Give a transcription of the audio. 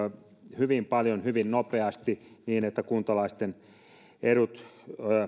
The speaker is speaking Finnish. hyvin paljon hyvin nopeasti niin että kuntalaisten edut